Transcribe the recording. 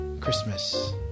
Christmas